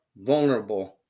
vulnerable